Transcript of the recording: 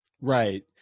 Right